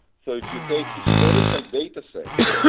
so if you take historical datasets,